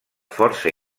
força